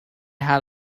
had